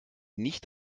nicht